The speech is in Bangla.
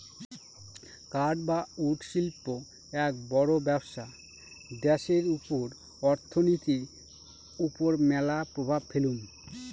কাঠ বা উড শিল্প এক বড় ব্যবসা দ্যাশের অর্থনীতির ওপর ম্যালা প্রভাব ফেলামু